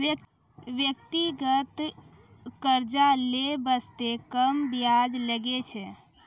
व्यक्तिगत कर्जा लै बासते कम बियाज लागै छै